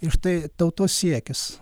ir štai tautos siekis